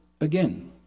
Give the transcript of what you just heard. again